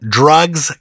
drugs